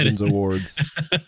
Awards